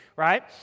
right